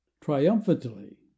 Triumphantly